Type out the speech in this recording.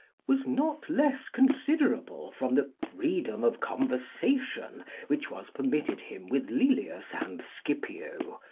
was not less considerable from the freedom of conversation which was permitted him with lelius and scipio,